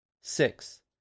Six